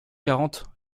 quarante